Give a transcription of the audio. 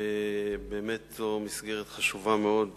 זו באמת מסגרת חשובה מאוד שמתקיימת,